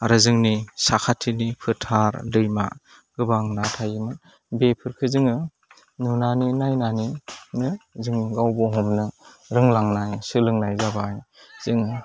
आरो जोंनि साखाथिनि फोथार दैमा गोबां ना थायोमोन बेफोरखौ जोङो नुनानै नायनानैनो जोङो गाव गावनो हमनो रोंलांनानै सोलोंनाय जाबाय जों